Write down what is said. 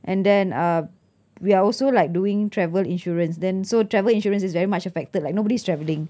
and then uh we are also like doing travel insurance then so travel insurance is very much affected like nobody's travelling